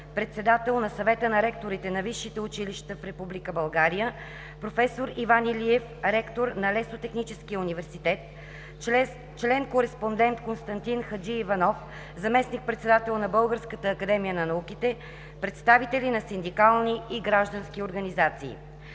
председател на Съвета на ректорите на висшите училища в Република България, проф. Иван Илиев – ректор на Лесотехническия университет, член-кореспондент Константин Хаджииванов – заместник-председател на Българската академия на науките, представители на синдикални и граждански организации.